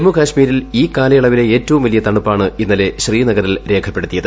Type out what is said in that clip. ജമ്മുകശ്മീരിൽ ഈ കാലയളവിലെ ഏറ്റവും വലിയ തണുപ്പാണ് ഇന്നലെ ശ്രീനഗറിൽ രേഖപ്പെടുത്തിയത്